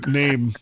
name